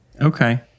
Okay